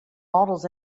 models